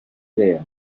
idea